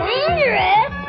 Dangerous